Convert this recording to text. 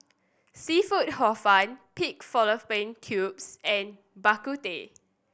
seafood Hor Fun pig fallopian tubes and Bak Kut Teh